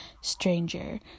stranger